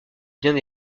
bien